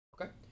Okay